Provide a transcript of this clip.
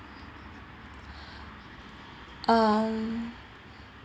um